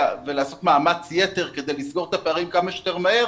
ולעשות מאמץ יתר כדי לסגור את הפערים כמה שיותר מהר